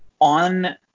on